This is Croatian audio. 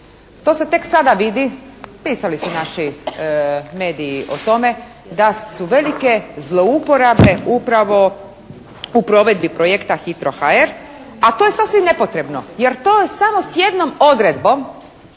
To se tek sada vidi, pisali su naši mediji o tome da su velike zlouporabe upravo u provedbi projekta «Hitro HR» a to je sasvim nepotrebno. Jer to samo s jednom odredbom